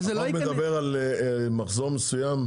החוק מדבר על מחזור מסוים?